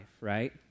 right